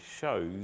shows